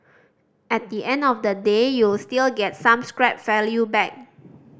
at the end of the day you'll still get some scrap value back